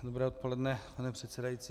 Dobré odpoledne, pane předsedající.